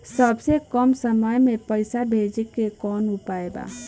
सबसे कम समय मे पैसा भेजे के कौन उपाय बा?